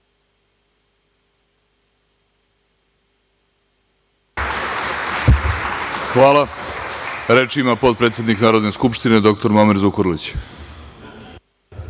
Hvala. Reč ima potpredsednik Narodne skupštine dr Muamer Zukorlić.